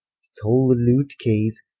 stole a lute-case,